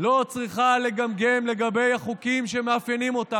לא צריכה לגמגם לגבי החוקים שמאפיינים אותה.